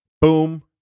boom